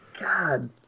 God